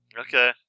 Okay